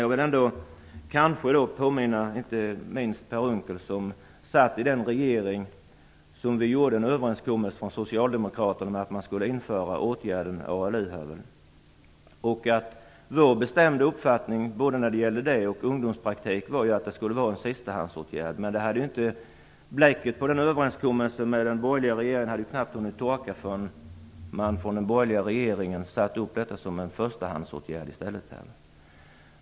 Jag vill påminna Per Unckel, som då satt i regeringen, om att man gjorde en överenskommelse med Socialdemokraterna om att införa åtgärden ALU. Vår bestämda uppfattning, både när det gäller det och ungdomspraktik, var att det skulle vara en sistahandsåtgärd. Men bläcket på den överenskommelsen hade knappt hunnit torka förrän den borgerliga regeringen satte upp detta som en förstahandsåtgärd i stället.